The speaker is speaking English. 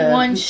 one